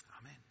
Amen